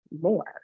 more